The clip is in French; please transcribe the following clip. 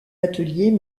ateliers